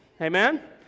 Amen